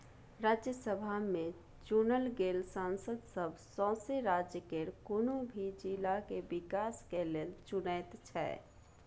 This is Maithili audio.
राज्यसभा में चुनल गेल सांसद सब सौसें राज्य केर कुनु भी जिला के विकास के लेल चुनैत छै